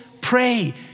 pray